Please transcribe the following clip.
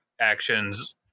actions